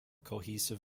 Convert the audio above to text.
cohesive